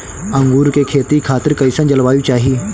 अंगूर के खेती खातिर कइसन जलवायु चाही?